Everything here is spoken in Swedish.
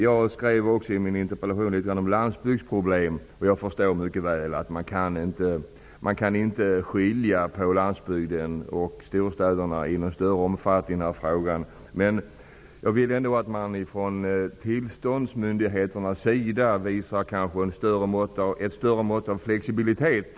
Jag skrev också i min interpellation litet grand om landsbygdsproblem. Jag förstår mycket väl att man inte kan skilja på landsbygden och storstäderna i någon större omfattning i denna fråga. Jag vill ändå att tillståndsmyndigheterna visar ett större mått av flexibilitet.